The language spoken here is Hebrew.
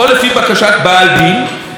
או לפי בקשת בעל דין,